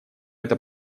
это